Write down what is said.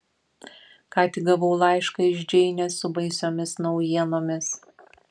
ką tik gavau laišką iš džeinės su baisiomis naujienomis